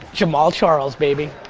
jamal charles, baby.